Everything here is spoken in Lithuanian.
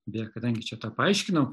beje kadangi čia tą paaiškinau